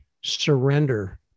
surrender